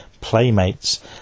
playmates